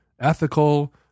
ethical